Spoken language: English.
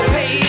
Pay